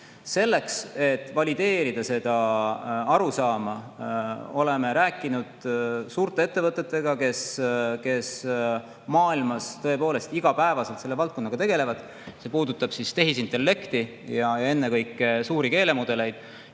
Selleks, et valideerida seda arusaama, oleme rääkinud suurte ettevõtetega, kes maailmas tõepoolest igapäevaselt selle valdkonnaga tegelevad – see puudutab tehisintellekti ja ennekõike suuri keelemudeleid.